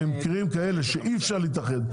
במקרים כאלה שאי אפשר להתאחד,